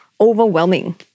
overwhelming